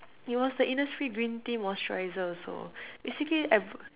it was the Innisfree green tea moisturizer so basically I